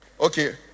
Okay